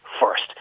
first